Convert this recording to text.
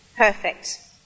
Perfect